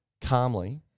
calmly